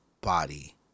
body